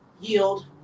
yield